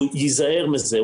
הוא ייזהר מזה,